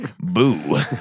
Boo